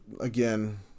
again